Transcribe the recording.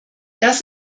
das